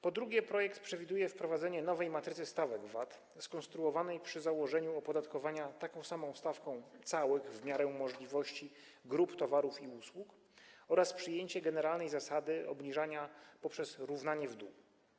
Po drugie, projekt przewiduje wprowadzenie nowej matrycy stawek VAT, skonstruowanej przy założeniu opodatkowania taką samą stawką, w miarę możliwości, całych grup towarów i usług, oraz przyjęcie generalnej zasady obniżania poprzez równanie w dół.